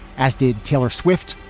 as did taylor swift,